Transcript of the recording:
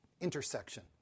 intersection